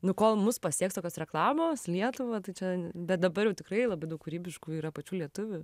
nu kol mus pasieks tokios reklamos lietuvą tai čia bet dabar jau tikrai labai daug kūrybiškų yra pačių lietuvių